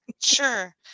sure